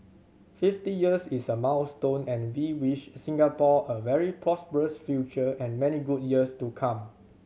fifty years is a milestone and we wish Singapore a very prosperous future and many good years to come